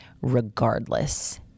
regardless